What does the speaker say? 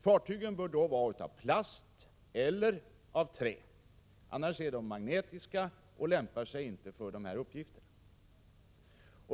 Fartygen bör då vara av plast eller trä, annars är de magnetiska och lämpar sig inte för dessa uppgifter.